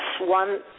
one